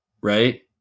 right